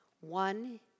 One